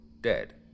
dead